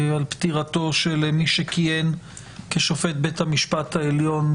על פטירתו של מי שכיהן כשופט בית המשפט העליון,